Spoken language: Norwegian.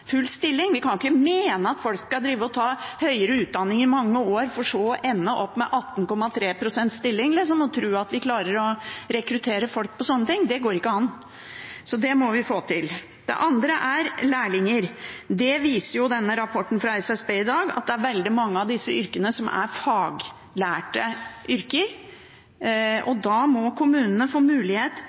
full jobb, full stilling. Vi kan ikke mene at folk skal ta høyere utdanning i mange år for så å ende opp med 18,3 pst. stilling, og tro at vi klarer å rekruttere folk på sånne ting. Det går ikke an, så dette må vi få til. Det andre er lærlinger. Denne rapporten fra SSB viser at det er veldig mange av disse yrkene som er faglærte yrker. Da må kommunene få mulighet